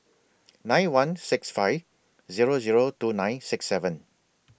nine one six five Zero Zero two nine six seven